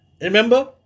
remember